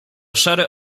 szare